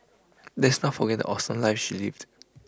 let's not forget the awesome life she lived